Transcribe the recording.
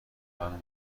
منو